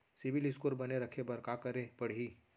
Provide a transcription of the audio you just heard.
CIBIL score बने रखे बर का करे पड़ही?